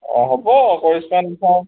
অ হ'ব কৰিশ্মা নাথক